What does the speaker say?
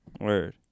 Word